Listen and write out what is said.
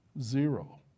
zero